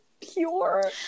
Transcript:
pure